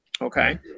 okay